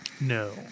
No